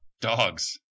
Dogs